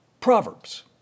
Proverbs